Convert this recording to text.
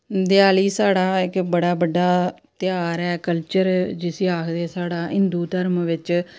देआली साढ़ा इक बड़ा बड्डा ध्यार ऐ कल्चर जिसी आखदे साढ़ा हिंदू धर्म बिच